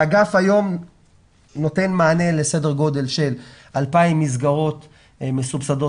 האגף היום נותן מענה לסדר גודל של 2,000 מסגרות מסובסדות,